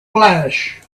flash